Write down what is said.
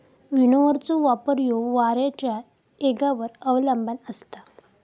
विनोव्हरचो वापर ह्यो वाऱ्याच्या येगावर अवलंबान असता